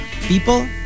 people